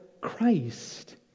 Christ